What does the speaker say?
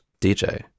dj